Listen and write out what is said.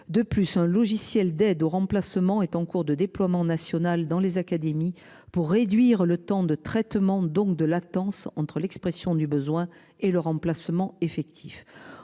De plus, un logiciel d'aide au remplacement est en cours de déploiement national dans les académies pour réduire le temps de traitement donc de latence entre l'expression du besoin et le remplacement effectif